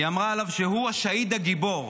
היא אמרה עליו שהוא השאהיד הגיבור.